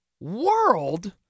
world